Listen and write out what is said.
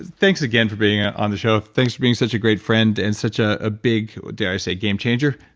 thanks again for being on the show. thanks being such a great friend and such ah a big, dare i say, game changer?